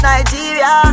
Nigeria